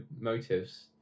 motives